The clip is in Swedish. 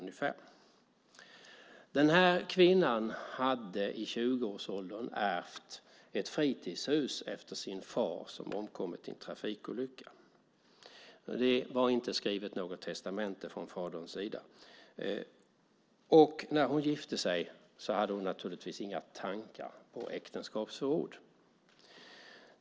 I 20-årsåldern hade den här kvinnan ärvt ett fritidshus efter sin far som omkommit i en trafikolycka. Det var inte skrivet något testamente från faderns sida. När hon gifte sig hade hon naturligtvis inga tankar på äktenskapsförord.